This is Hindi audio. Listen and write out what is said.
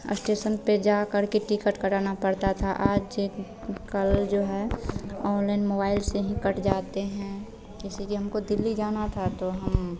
अस्टेशन पर जा करके टिकट कटाना पड़ता था आज जे कल जो है ओनलाइन मोबाइल से ही कट जाते हैं इसीलिए हमको दिल्ली जाना था तो हम